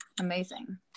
Amazing